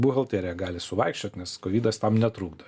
buhalterija gali suvaikščiot nes kovidas tam netrukdo